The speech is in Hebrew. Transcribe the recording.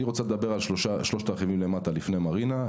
לפני מרינה אדבר על שלושה דברים: א',